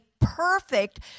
perfect